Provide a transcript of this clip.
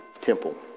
Temple